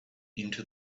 into